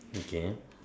okay